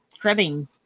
cribbing